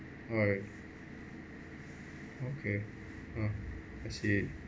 alright okay ah I see